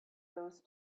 those